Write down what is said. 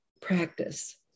practice